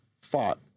fought